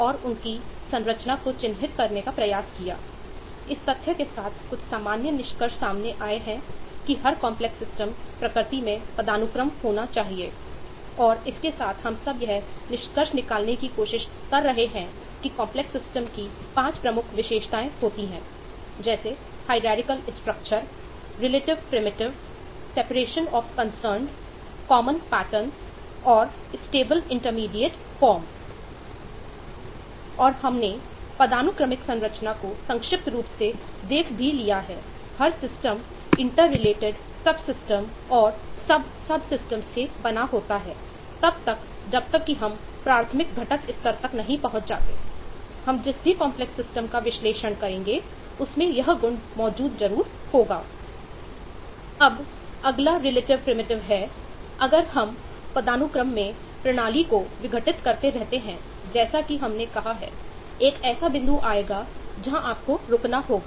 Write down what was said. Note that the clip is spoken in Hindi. और हमने पदानुक्रमिक संरचना को संक्षिप्त रूपसे देख भी लिया है हर सिस्टम का विश्लेषण करेंगे उसमें यह गुण मौजूद ज़रूर होगा